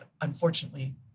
unfortunately